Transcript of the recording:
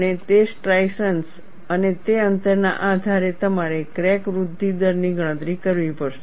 અને તે સ્ટ્રાઇશન્સ અને તે અંતરના આધારે તમારે ક્રેક વૃદ્ધિ દર ની ગણતરી કરવી પડશે